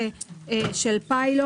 פרק